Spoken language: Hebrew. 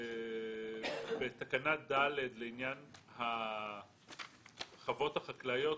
בתקנה (ד) לעניין החוות החקלאיות,